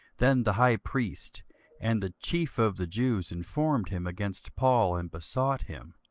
then the high priest and the chief of the jews informed him against paul, and besought him,